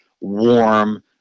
warm